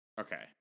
okay